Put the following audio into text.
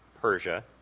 Persia